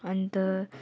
अन्त